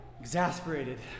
exasperated